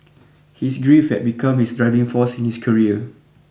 his grief had become his driving force in his career